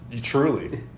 Truly